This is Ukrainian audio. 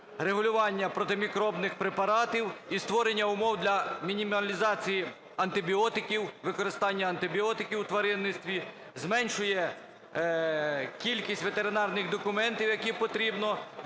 врегулювання протимікробних препаратів і створення умов для мінімізації антибіотиків, використання антибіотиків у тваринництві, зменшує кількість ветеринарних документів, які потрібно для того,